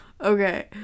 Okay